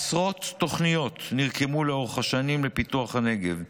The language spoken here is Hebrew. עשרות תוכניות נרקמו לאורך השנים לפיתוח הנגב,